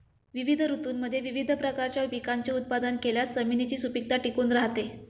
विविध ऋतूंमध्ये विविध प्रकारच्या पिकांचे उत्पादन केल्यास जमिनीची सुपीकता टिकून राहते